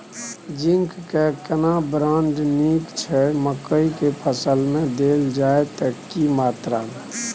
Zinc के केना brand नीक छैय मकई के फसल में देल जाए त की मात्रा में?